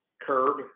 Curb